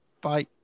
Bye